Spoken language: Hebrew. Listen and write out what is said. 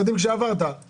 כשעברת על המשרדים.